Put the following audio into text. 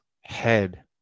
head